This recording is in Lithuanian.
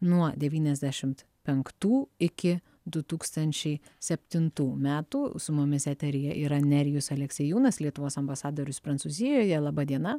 nuo devyniasdešimt penktų iki du tūkstančiai septintų metų su mumis eteryje yra nerijus aleksiejūnas lietuvos ambasadorius prancūzijoje laba diena